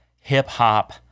hip-hop